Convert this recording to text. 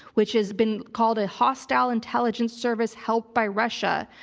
which has been called a hostile intelligence service helped by russia,